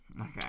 Okay